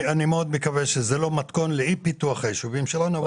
אני מאוד מקווה שזה לא מתכון לאי פיתוח היישובים שלנו.